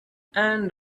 and